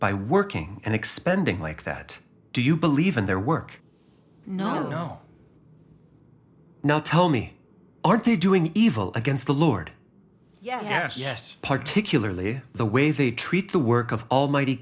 by working and expending like that do you believe in their work no no no tell me are they doing evil against the lord yes yes particularly the way they treat the work of almighty